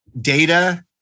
Data